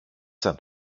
σαν